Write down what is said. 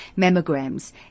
mammograms